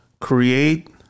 create